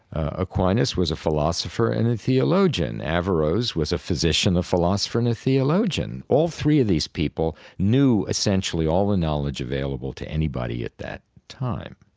aquinas was a philosopher and a theologian. averroes was a physician, a philosopher and a theologian. all three of these people knew essentially all the knowledge available to anybody at that time.